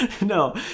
No